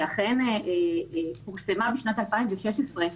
שאכן פורסמה בשנת 2016,